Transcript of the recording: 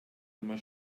immer